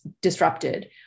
disrupted